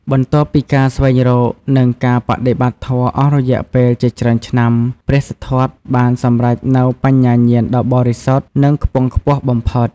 បន្ទាប់ពីការស្វែងរក និងការបដិបត្តិធម៌អស់រយៈពេលជាច្រើនឆ្នាំ ព្រះសិទ្ធត្ថបានសម្រេចនូវបញ្ញាញាណដ៏បរិសុទ្ធ និងខ្ពង់ខ្ពស់បំផុត។